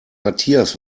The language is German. matthias